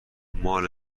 مال